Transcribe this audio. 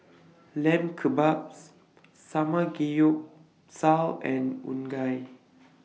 Lamb Kebabs and Unagi